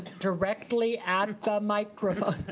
directly at the microphone,